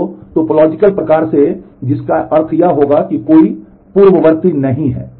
तो टोपोलॉजिकल प्रकार से जिसका अर्थ यह होगा कि कोई पूर्ववर्ती नहीं है